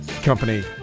company